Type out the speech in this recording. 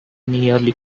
nearly